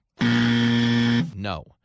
No